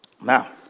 now